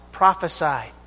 prophesied